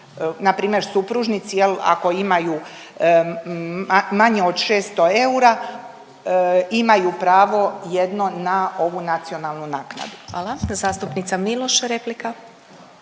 npr. supružnici jel ako imaju manje od 600 eura imaju pravo jedno na ovu nacionalnu naknadu. **Glasovac, Sabina